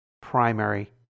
primary